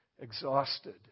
exhausted